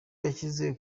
yashyize